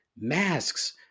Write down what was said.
masks